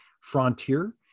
Frontier